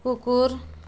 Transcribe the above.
कुकुर